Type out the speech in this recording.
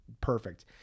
perfect